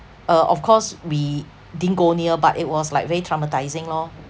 uh of course we didn't go near but it was like very traumatising lor